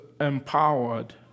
empowered